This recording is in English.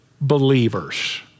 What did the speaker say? believers